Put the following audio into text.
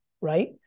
right